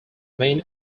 main